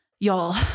Y'all